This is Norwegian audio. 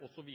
osv.